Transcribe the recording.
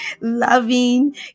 loving